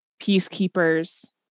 peacekeepers